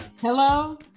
Hello